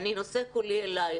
אני נושא קולי אליך.